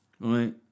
right